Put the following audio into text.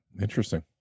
interesting